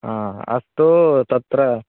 हा अस्तु तत्र